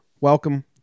Welcome